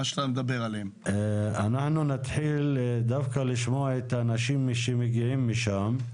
אנחנו נתחיל לשמוע את האנשים שמגיעים משם.